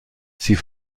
sie